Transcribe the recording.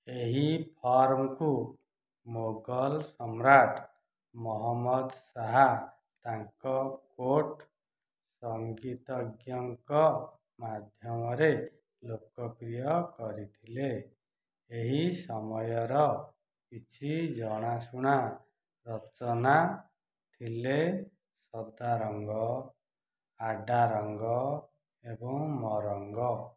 ଏହି ଫର୍ମକୁ ମୋଗଲ୍ ସମ୍ରାଟ୍ ମହମ୍ମଦ ଶାହା ତାଙ୍କ କୋର୍ଟ୍ ସଂଗୀତଜ୍ଞଙ୍କ ମାଧ୍ୟମରେ ଲୋକପ୍ରିୟ କରିଥିଲେ ଏହି ସମୟର କିଛି ଜଣାଶୁଣା ରଚନା ଥିଲେ ସଦାରଙ୍ଗ ଆଡ଼ାରଙ୍ଗ ଏବଂ ମରଙ୍ଗ